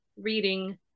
reading